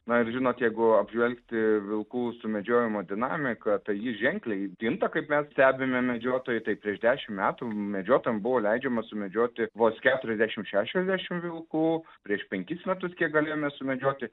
na ir žinot jeigu apžvelgti vilkų sumedžiojimo dinamiką tai ji ženkliai kinta kaip mes stebime medžiotojai tai prieš dešim metų medžiotojam buvo leidžiama sumedžioti vos keturiasdešim šešiasdešim vilkų prieš penkis metus kiek galėjome sumedžioti